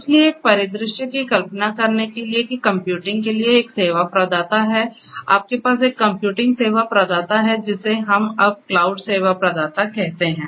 इसलिए एक परिदृश्य की कल्पना करने के लिए कि कंप्यूटिंग के लिए एक सेवा प्रदाता है आपके पास एक कंप्यूटिंग सेवा प्रदाता है जिसे हम अब क्लाउड सेवा प्रदाता कहते हैं